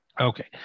okay